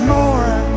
more